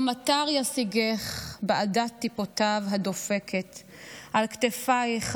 // או מטר ישיגך בעדת טיפותיו הדופקת / על כתפייך,